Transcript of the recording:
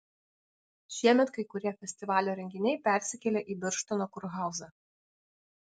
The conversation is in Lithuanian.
šiemet kai kurie festivalio renginiai persikėlė į birštono kurhauzą